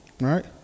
right